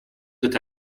that